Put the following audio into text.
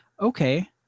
Okay